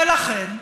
ולכן,